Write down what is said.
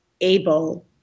able